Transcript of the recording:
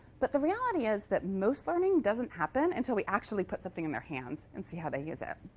but the reality is that most learning doesn't happen until we actually put something in their hands and see how they use that.